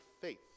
faith